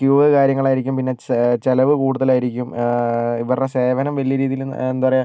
queue കാര്യങ്ങളായിരിക്കും ചെ ചിലവ് കൂടുതലായിരിക്കും ഇവരുടെ സേവനം വലിയ രീതിയിൽ എന്താ പറയുക